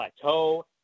plateau